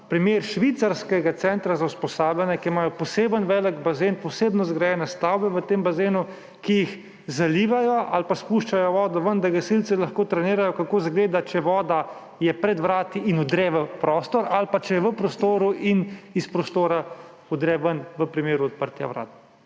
primer švicarskega centra za usposabljanje, kjer imajo posebno velik bazen, posebno zgrajene stavbe v tem bazenu, ki jih zalivajo ali spuščajo vodo ven, da gasilci lahko trenirajo, kako izgleda, če je voda pred vrati in vdre v prostor ali če je v prostoru in iz prostora prodre ven v primeru odprtja vrat.